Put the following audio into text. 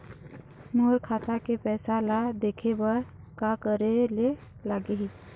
मोर खाता के पैसा ला देखे बर का करे ले लागही?